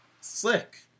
Slick